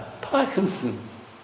Parkinson's